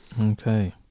Okay